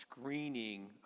screening